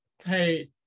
Hey